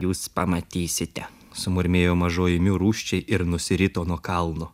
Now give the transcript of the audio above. jūs pamatysite sumurmėjo mažoji miu rūsčiai ir nusirito nuo kalno